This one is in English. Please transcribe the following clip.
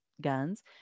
guns